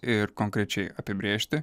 ir konkrečiai apibrėžti